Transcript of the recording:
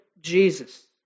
Jesus